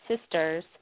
sisters